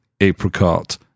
apricot